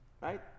Right